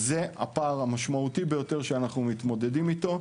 זה הפער המשמעותי ביותר שאנחנו מתמודדים איתו.